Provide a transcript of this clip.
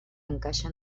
encaixa